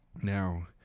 Now